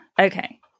Okay